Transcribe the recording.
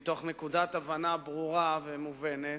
מתוך נקודת הבנה ברורה ומובנת